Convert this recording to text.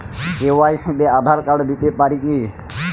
KYC তে Aadhaar card দিতে পারি কি?